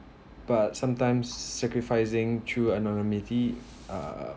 but sometimes sacrificing through anonymity uh